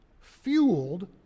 fueled